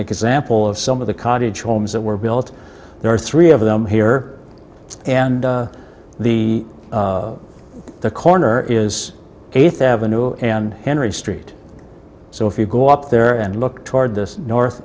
example of some of the cottage homes that were built there are three of them here and the the corner is eighth avenue and entered street so if you go up there and look toward the north